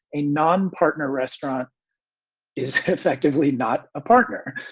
a non partner restaurant is effectively not a partner.